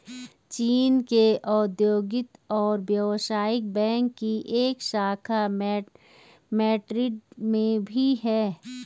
चीन के औद्योगिक और व्यवसायिक बैंक की एक शाखा मैड्रिड में भी है